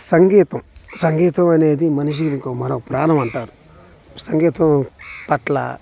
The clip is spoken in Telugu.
సంగీతం సంగీతం అనేది మనిషికి ఇంకో మరో ప్రాణం అంటారు సంగితం పట్ల